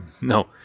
no